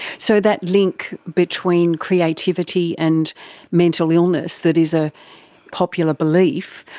so that link between creativity and mental illness that is a popular belief,